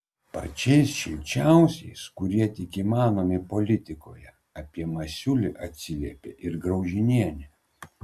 pačiais šilčiausiais kurie tik įmanomi politikoje apie masiulį atsiliepė ir graužinienė